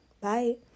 bye